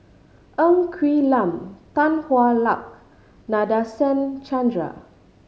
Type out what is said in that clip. Ng Quee Lam Tan Hwa Luck Nadasen Chandra